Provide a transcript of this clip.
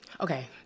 Okay